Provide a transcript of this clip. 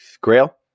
Grail